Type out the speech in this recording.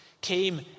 came